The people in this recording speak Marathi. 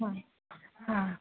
हां हां